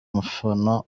mufana